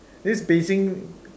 this Beijing